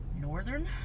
Northern